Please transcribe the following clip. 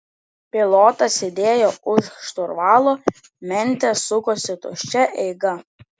pilotas sėdėjo už šturvalo mentės sukosi tuščia eiga